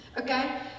Okay